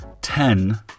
Ten